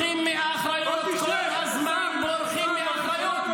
הם בורחים מאחריות, כל הזמן בורחים מאחריות.